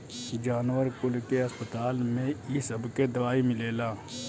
जानवर कुल के अस्पताल में इ सबके दवाई मिलेला